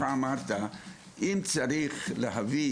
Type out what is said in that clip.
אתה בעצמך אמרת שאם צריך להביא